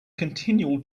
continual